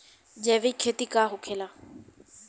जैविक खेती का होखेला?